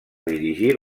dirigir